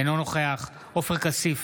אינו נוכח עופר כסיף,